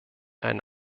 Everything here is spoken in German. einen